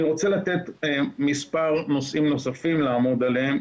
אני רוצה לתת מספר נושאים נוספים לעמוד עליהם,